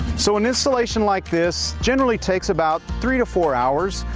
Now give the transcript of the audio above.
so when insulation like this generally takes about three to four hours.